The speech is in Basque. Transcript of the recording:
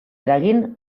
eragin